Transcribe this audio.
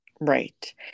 Right